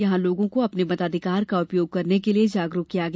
यहां लोगों को अपने मताधिकार का उपयोग करने के लिए जागरुक किया गया